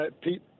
Pete